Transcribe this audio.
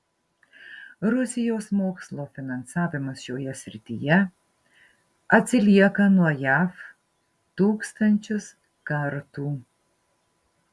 rusijos mokslo finansavimas šioje srityje atsilieka nuo jav tūkstančius kartų